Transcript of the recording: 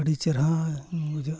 ᱟᱹᱰᱤ ᱪᱮᱦᱨᱟ ᱵᱩᱡᱷᱟᱹᱜᱼᱟ